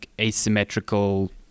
asymmetrical